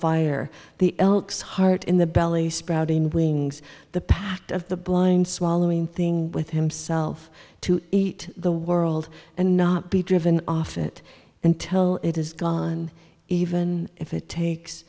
fire the elk's heart in the belly sprouting wings the pact of the blind swallowing thing with himself to eat the world and not be driven off it until it is gone even if it takes